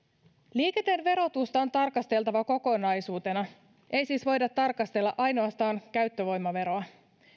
liikenteen verotusta on tarkasteltava kokonaisuutena ei siis voida tarkastella ainoastaan käyttövoimaveroa